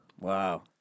Wow